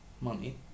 money